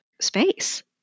space